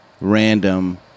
random